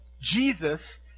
Jesus